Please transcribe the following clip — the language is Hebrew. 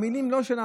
אלה לא המילים שלנו,